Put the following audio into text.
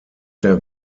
der